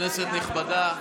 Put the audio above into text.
כנסת נכבדה,